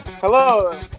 Hello